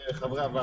לחברי הוועדה.